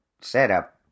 setup